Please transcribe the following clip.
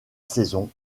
saison